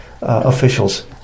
officials